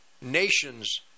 nations